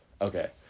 Okay